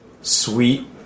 Sweet